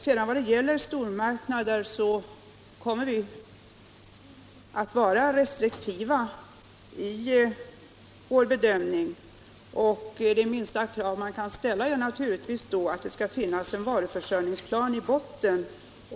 I vad gäller stormarknader kommer vi att vara restriktiva i vår bedömning, och det minsta krav man kan ställa är naturligtvis att det skall finnas en varuförsörjningsplan i botten.